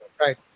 right